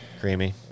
Creamy